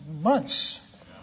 months